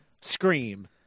Scream